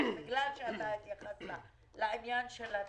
היושב-ראש, בגלל שאתה התייחסת לעניין התקציב.